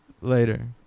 Later